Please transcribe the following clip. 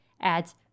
adds